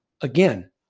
again